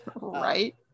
right